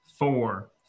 Four